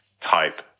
type